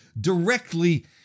directly